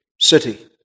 city